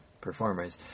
performers